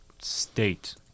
state